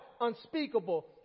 unspeakable